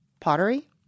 pottery